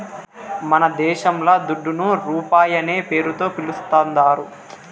మనదేశంల దుడ్డును రూపాయనే పేరుతో పిలుస్తాందారు